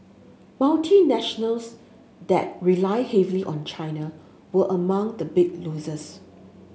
multinationals that rely heavily on China were among the bigger losers